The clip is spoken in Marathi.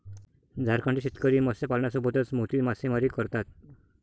झारखंडचे शेतकरी मत्स्यपालनासोबतच मोती मासेमारी करतात